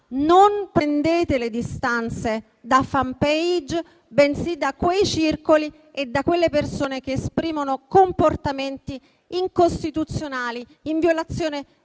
Prendete le distanze non da «Fanpage», bensì da quei circoli e da quelle persone che esprimono comportamenti incostituzionali, in violazione di